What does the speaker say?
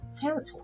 territory